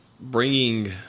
bringing